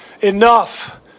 Enough